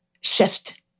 shift